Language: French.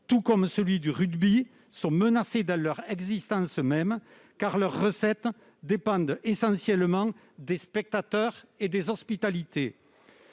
sont, comme le rugby, menacés dans leur existence même, car leurs recettes dépendent essentiellement des spectateurs et des hospitalités.